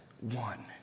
one